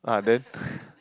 ah then